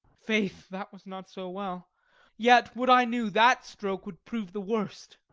faith, that was not so well yet would i knew that stroke would prove the worst!